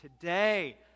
Today